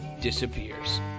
disappears